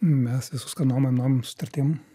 mes visus ką nuomojam nuomojam su sutartim